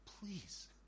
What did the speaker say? Please